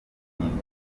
bigomba